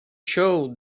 show